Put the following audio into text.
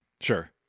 Sure